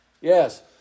yes